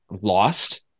lost